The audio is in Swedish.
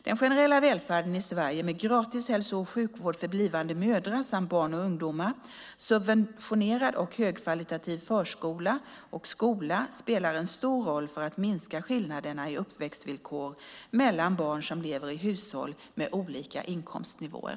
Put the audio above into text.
Den generella välfärden i Sverige med gratis hälso och sjukvård för blivande mödrar samt barn och ungdomar, subventionerad och högkvalitativ förskola och skola spelar en stor roll för att minska skillnaderna i uppväxtvillkor mellan barn som lever i hushåll med olika inkomstnivåer.